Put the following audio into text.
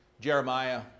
Jeremiah